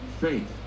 faith